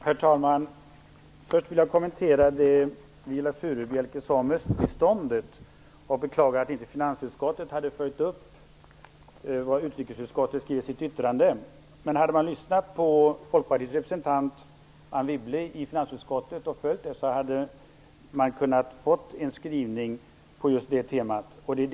Herr talman! Först vill jag kommentera det Viola Furubjelke sade om östbiståndet. Hon beklagade att inte finansutskottet följt upp det utrikesutskottet skrev i sitt yttrande, men hade man lyssnat på Folkpartiets representant Anne Wibble i finansutskottet och följt hennes rekommendationer så hade man kunnat få en skrivning på just det temat.